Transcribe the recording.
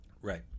Right